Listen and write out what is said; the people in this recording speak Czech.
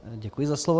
Děkuji za slovo.